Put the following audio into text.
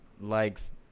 likes